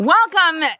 Welcome